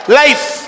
life